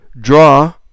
draw